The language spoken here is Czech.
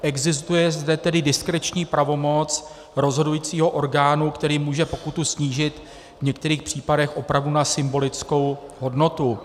Existuje zde tedy diskreční pravomoc rozhodujícího orgánu, který může pokutu snížit, v některých případech opravdu na symbolickou hodnotu.